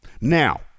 Now